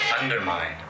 undermine